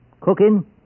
Cooking